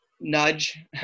nudge